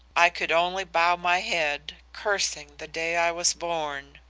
i could only bow my head, cursing the day i was born.